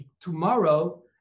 Tomorrow